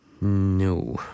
No